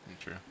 True